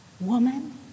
Woman